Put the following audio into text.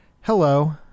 Hello